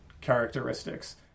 characteristics